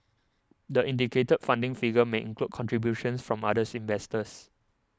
the indicated funding figure may include contributions from other investors